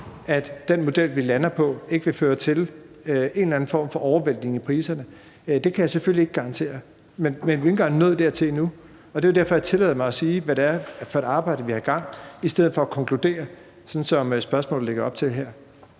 at den model, vi lander på, ikke vil føre til en eller anden form for overvæltning på priserne? Det kan jeg selvfølgelig ikke garantere. Men vi er ikke engang nået dertil endnu, og det er jo derfor, jeg tillader mig at sige, hvad det er for et arbejde, vi har i gang, i stedet for at konkludere, sådan som spørgsmålet her lægger op til.